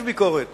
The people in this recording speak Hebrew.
יש ביקורת.